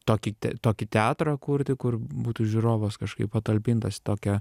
tokį tokį teatrą kurti kur būtų žiūrovas kažkaip patalpintas į tokią